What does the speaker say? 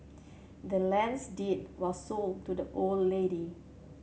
the land's deed was sold to the old lady